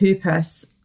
purpose